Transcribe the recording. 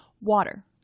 Water